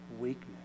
weakness